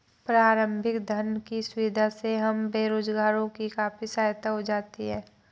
प्रारंभिक धन की सुविधा से हम बेरोजगारों की काफी सहायता हो जाती है